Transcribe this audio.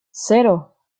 cero